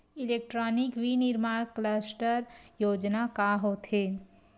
Electronic विनीर्माण cluster योजना का होथे?